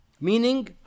Meaning